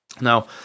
Now